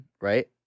right